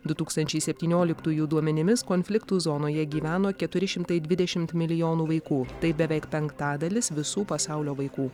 du tūkstančiai septynioliktųjų duomenimis konfliktų zonoje gyveno keturi šimtai dvidešimt milijonų vaikų tai beveik penktadalis visų pasaulio vaikų